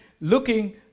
looking